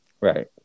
right